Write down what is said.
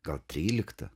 gal tryliktą